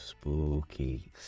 spooky